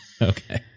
Okay